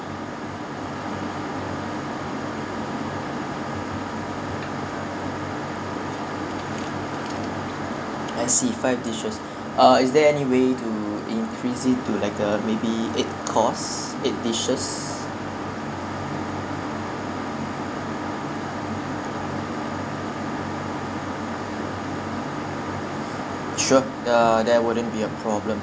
I see five dishes uh is there any way to increase it to like uh maybe eight course eight dishes sure uh that wouldn't be a problem